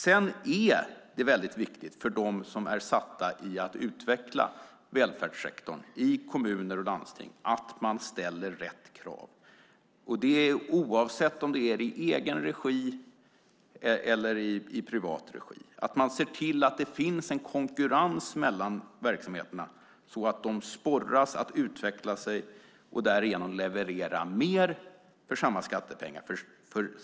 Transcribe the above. Sedan är det mycket viktigt för dem som är satta att utveckla välfärdssektorn i kommuner och landsting att ställa rätt krav. Det gäller oavsett om verksamheten sker i egen regi eller i privat regi. Det är viktigt att man ser till att det finns en konkurrens mellan verksamheterna så att de sporras att utvecklas och därigenom leverera mer för samma skattepengar.